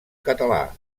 català